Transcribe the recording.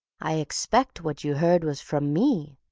i expect what you heard was from me,